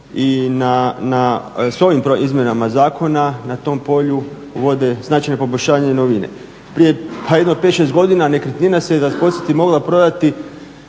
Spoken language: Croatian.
i s ovim izmjenama zakona na tom polju uvode značajna poboljšanja i novine. Prije jedno 5-6 godina nekretnina se, da podsjetim, mogla prodati